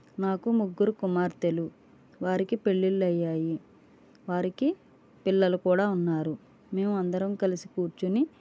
మాకు ముగ్గురు కుమార్తెలు వారికి పెళ్ళిళ్ళు అయ్యాయి వారికి పిల్లలు కూడా ఉన్నారు మేము అందరం కలిసి కూర్చొని